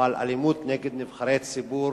אבל אלימות נגד אנשי ציבור